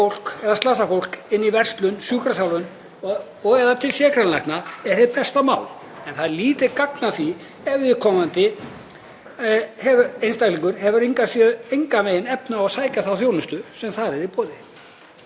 eða slasað fólk í verslun, í sjúkraþjálfun eða hjá sérgreinalækni er hið besta mál. En það er lítið gagn að því ef viðkomandi einstaklingur hefur engan veginn efni á að sækja þá þjónustu sem þar er í boði.